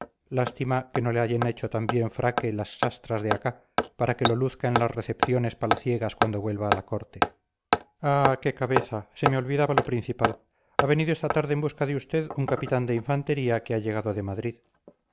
lástima que no le hayan hecho también fraque las sastras de acá para que lo luzca en las recepciones palaciegas cuando vuelva a la corte ah qué cabeza se me olvidaba lo principal ha venido esta tarde en busca de usted un capitán de infantería que ha llegado de madrid